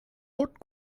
hat